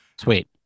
Sweet